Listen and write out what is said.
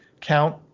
count